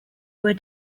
were